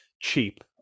cheap